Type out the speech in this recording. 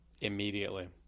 Immediately